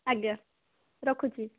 ଆଜ୍ଞା ରଖୁଛି